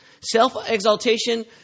Self-exaltation